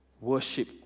Worship